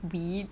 weed